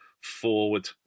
forward